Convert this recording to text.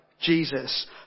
Jesus